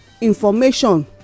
information